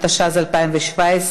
התשע"ז 2017,